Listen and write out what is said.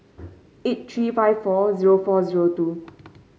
eight three five four zero four zero two